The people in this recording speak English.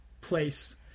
place